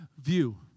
view